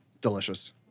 Delicious